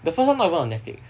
the first [one] not even on netflix